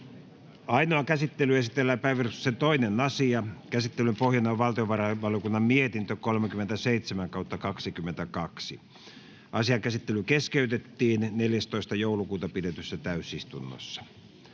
Ainoaan käsittelyyn esitellään päiväjärjestyksen 2. asia. Käsittelyn pohjana on valtiovarainvaliokunnan mietintö VaVM 37/2022 vp. Asian käsittely keskeytettiin 14.12.2022 pidetyssä täysistunnossa.